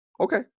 Okay